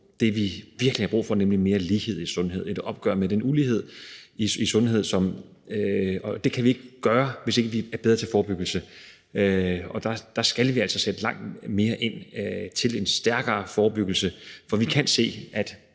det, vi virkelig har brug for, nemlig mere lighed i sundhed; et opgør med den ulighed i sundhed. Og det kan vi ikke gøre, hvis vi ikke er bedre til forebyggelse. Og der skal vi altså sætte langt mere ind i forhold til en stærkere forebyggelse. For vi kan se,